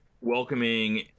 welcoming